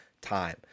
time